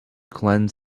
cleanse